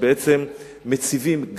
שבעצם מציבים,